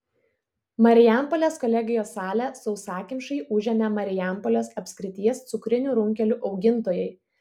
marijampolės kolegijos salę sausakimšai užėmė marijampolės apskrities cukrinių runkelių augintojai